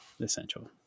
essential